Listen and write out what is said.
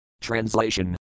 Translation